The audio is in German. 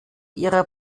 ihrer